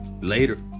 Later